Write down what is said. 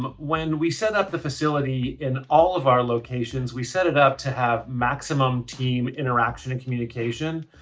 but when we set up the facility, in all of our locations, we set it up to have maximum team interaction and communication,